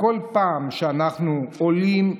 ובכל פעם שאנחנו עולים לבמה,